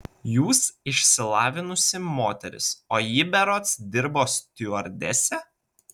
jūs išsilavinusi moteris o ji berods dirbo stiuardese